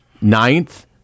ninth